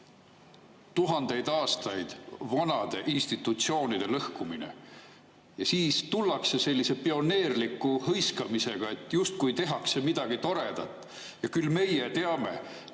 tuhandeid aastaid vanade institutsioonide süstemaatiline lõhkumine. Ja siis tullakse sellise pioneerliku hõiskamisega, justkui tehakse midagi toredat: küll meie teame.